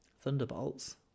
Thunderbolts